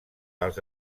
als